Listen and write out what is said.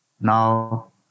Now